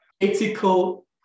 ethical